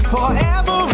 Forever